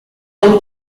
não